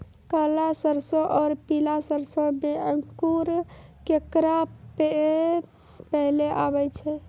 काला सरसो और पीला सरसो मे अंकुर केकरा मे पहले आबै छै?